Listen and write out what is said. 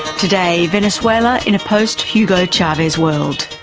today, venezuela in a post hugo chavez world.